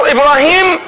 Ibrahim